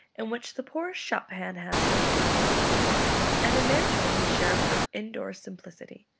in which the poorest shop hand has her part and in their turn they share her indoor simplicity.